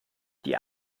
die